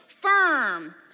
firm